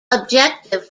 objective